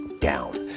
down